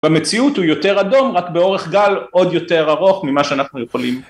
במציאות הוא יותר אדום רק באורך גל עוד יותר ארוך ממה שאנחנו יכולים